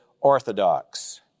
orthodox